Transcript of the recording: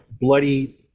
bloody